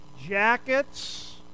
Jackets